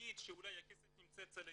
להגיד שאולי הכסף נמצא אצל היהודים,